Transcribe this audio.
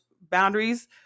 boundaries